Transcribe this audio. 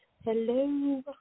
hello